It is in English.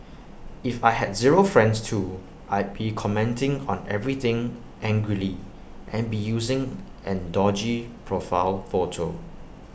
if I had zero friends too I'd be commenting on everything angrily and be using an dodgy profile photo